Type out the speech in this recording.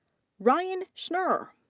ryan schnurr.